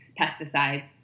pesticides